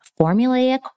formulaic